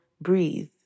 breathe